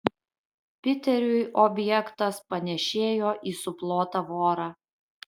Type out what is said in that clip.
piteriui objektas panėšėjo į suplotą vorą